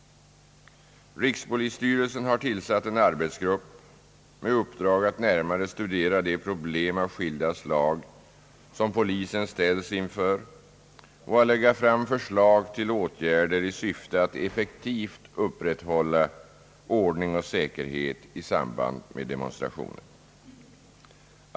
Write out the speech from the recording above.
Rikspolisstyrelsen har tillsatt en arbetsgrupp med uppdrag att närmare studera de problem av skilda slag som polisen ställs inför och att lägga fram förslag till åtgärder i syfte att effektivt upprätthålla ordning och säkerhet i samband med demonstrationer.